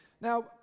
Now